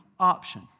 option